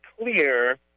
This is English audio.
clear